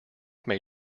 may